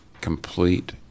complete